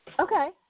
Okay